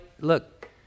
look